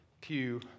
pew